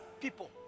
people